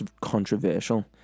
controversial